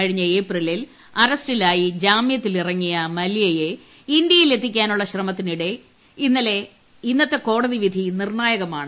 കഴിഞ്ഞ ഏപ്രിലിൽ അറസ്റ്റിലായി ജാമ്യത്തിൽ ഇറങ്ങിയ മല്യയെ ഇന്ത്യയിൽ എത്തിക്കാനുള്ള ശ്രമത്തിനിടെ ഇന്നത്തെ കോടതി വിധി നിർണായകമാണ്